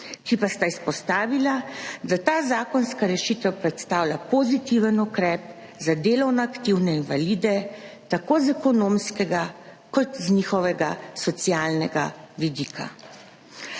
ki pa sta izpostavila, da ta zakonska rešitev predstavlja pozitiven ukrep za delovno aktivne invalide, tako z ekonomskega kot z njihovega socialnega vidika.